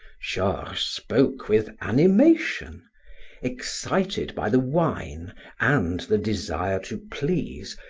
georges spoke with animation excited by the wine and the desire to please,